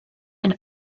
and